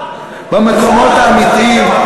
במקומות האמיתיים,